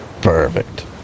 Perfect